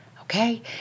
okay